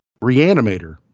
Reanimator